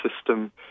system